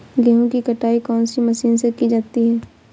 गेहूँ की कटाई कौनसी मशीन से की जाती है?